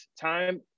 time